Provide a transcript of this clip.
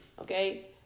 Okay